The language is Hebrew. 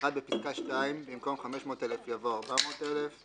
(1)בפסקה (2), במקום "500,000" יבוא "400,000";